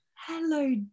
hello